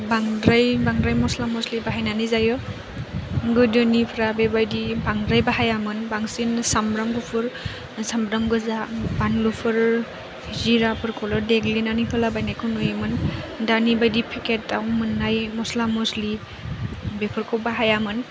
बांद्राय बाद्राय मस्ला मस्लि बाहायनानै जायो गोदोनिफ्रा बेबायदि बांद्राय बाहायामोन बांसिन सामब्राम गुफुर सामब्राम गोजा बानलुफोर जिराफोरखौल' देग्लिनानै होलाबायनायखौ नुयोमोन दानि बायदि पेकेट आव मोननाय मस्ला मस्लि बेफोरखौ बाहायामोन